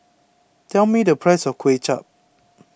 tell me the price of Kway Chap